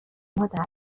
مادر